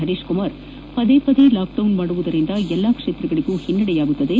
ಹರೀಶಕುಮಾರ ಪದೇ ಪದೇ ಲಾಕ್ಡೌನ್ ಮಾಡುವುದರಿಂದ ಎಲ್ಲಾ ಕ್ಷೇತ್ರಕ್ಕೂ ಹಿನ್ನಡೆ ಆಗಲಿದೆ